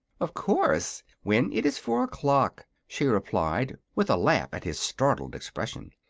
of course when it is four o'clock, she replied, with a laugh at his startled expression.